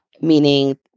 meaning